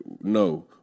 no